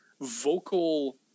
vocal